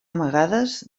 amagades